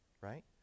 right